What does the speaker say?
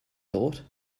thought